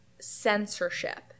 censorship